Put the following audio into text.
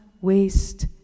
waste